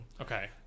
Okay